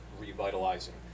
revitalizing